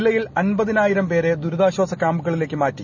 ജില്ലയിൽ അൻപതിനായിരം പേരെ ദുരിതാശാസ ക്യാംപുകളിലേയ്ക്ക് മാറ്റി